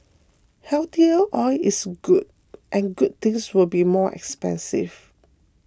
healthier oil is good and good things will be more expensive